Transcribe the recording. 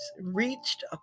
reached